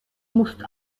moest